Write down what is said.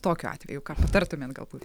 tokiu atveju ką patartumėt galbūt